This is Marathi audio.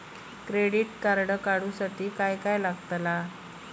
क्रेडिट कार्ड काढूसाठी काय काय लागत?